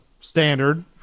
standard